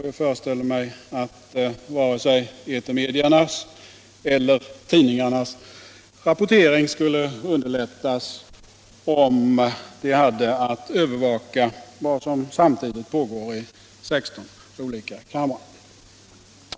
Jag föreställer mig att varken etermediernas eller tidningarnas rapportering skulle underlättas om de hade att övervaka vad som samtidigt pågår i 16 olika kamrar.